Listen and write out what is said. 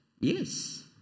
Yes